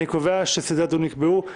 אין הצעת הוועדה נתקבלה.